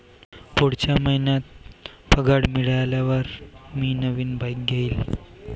पुढच्या महिन्यात पगार मिळाल्यावर मी नवीन बाईक घेईन